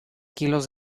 kilos